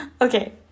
okay